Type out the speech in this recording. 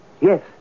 Yes